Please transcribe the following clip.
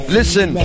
Listen